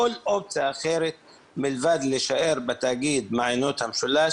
כל אופציה אחרת מלבד להישאר בתאגיד מעיינות המשולש,